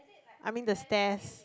I mean the stairs